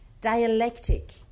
dialectic